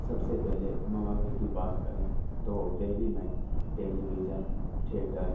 سب سے پہلے مواقع کی بات کریں تو دہلی میں ٹیلی ویژن ٹھیٹر